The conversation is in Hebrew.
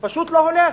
פשוט לא הולך.